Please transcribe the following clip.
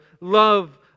love